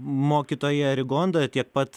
mokytoja rigonda tiek pat